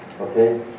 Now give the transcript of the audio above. okay